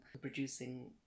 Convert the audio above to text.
producing